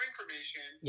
Information